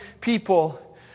people